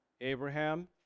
Abraham